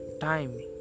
time